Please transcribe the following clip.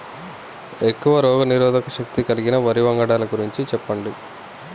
ఎక్కువ రోగనిరోధక శక్తి కలిగిన వరి వంగడాల గురించి చెప్పండి?